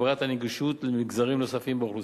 הגברת הנגישות למגזרים נוספים באוכלוסייה,